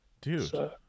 dude